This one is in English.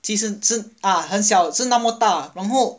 其实很小那么大然后